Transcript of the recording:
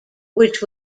which